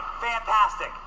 fantastic